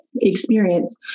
experience